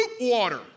water